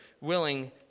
willing